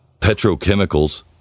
petrochemicals